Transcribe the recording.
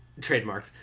trademarked